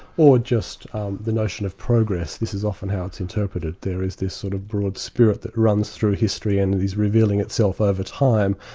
or just the notion of progress. this is often how it's interpreted there is this sort of broad spirit that runs through history and is revealing itself over time,